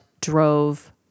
drove